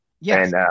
yes